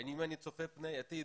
אם אני צופה פני עתיד,